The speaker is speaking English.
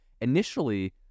Initially